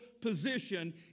position